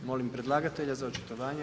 Molim predlagatelja za očitovanje.